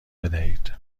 بدهید